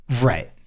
Right